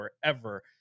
forever